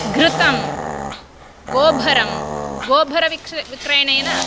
घृतं गोभरं गोभरविक्श् विक्रयेण